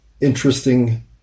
interesting